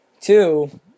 Two